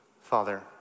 Father